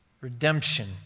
redemption